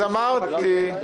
אז אמרתי.